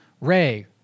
Ray